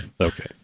Okay